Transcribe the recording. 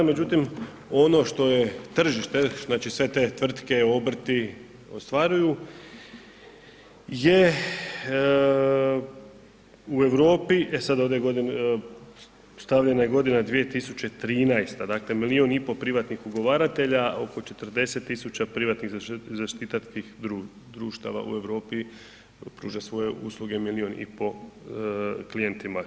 Međutim, ono što je tržište, znači sve te tvrtke, obrti ostvaruju je u Europi, e sad ovdje stavljena je godina 2013. dakle, 1,5 milion privatnih ugovaratelja, oko 40.000 privatnih zaštitarskih društava u Europi pruža svoje usluge 1,5 milion klijentima.